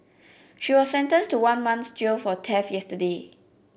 she was sentenced to one month's jail for yesterday